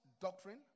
doctrine